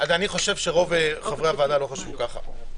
אני חושב שרוב חברי הוועדה לא חושבים ככה.